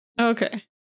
Okay